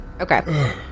Okay